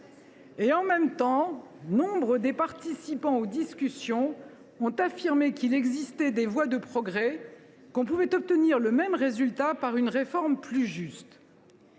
Et en même temps, nombre des participants aux discussions ont affirmé qu’il existait des voies de progrès et que l’on pouvait obtenir le même résultat par une réforme plus juste.